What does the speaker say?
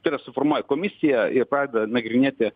tai yra suformuoja komisiją ir pradeda nagrinėti